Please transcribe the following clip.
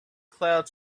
clouds